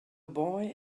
boy